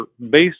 based